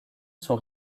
sont